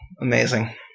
amazing